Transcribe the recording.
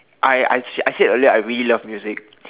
I I said I said earlier I really love music